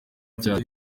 icyaha